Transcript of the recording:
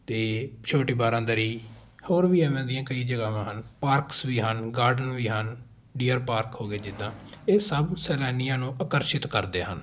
ਅਤੇ ਛੋਟੀ ਬਾਰਾਂਦਰੀ ਹੋਰ ਵੀ ਐਵੇਂ ਦੀਆਂ ਕਈ ਜਗ੍ਹਾਵਾਂ ਹਨ ਪਾਰਕਸ ਵੀ ਹਨ ਗਾਰਡਨ ਵੀ ਹਨ ਡੀਅਰ ਪਾਰਕ ਹੋ ਗਏ ਜਿੱਦਾਂ ਇਹ ਸਭ ਸੈਲਾਨੀਆਂ ਨੂੰ ਆਕਰਸ਼ਿਤ ਕਰਦੇ ਹਨ